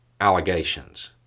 allegations